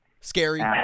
scary